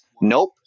nope